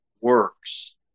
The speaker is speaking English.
works